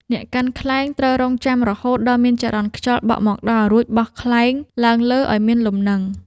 អ្នកកាន់ខ្លែងត្រូវរង់ចាំរហូតដល់មានចរន្តខ្យល់បក់មកដល់ រួចបោះខ្លែងឡើងលើឱ្យមានលំនឹង។